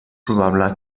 probable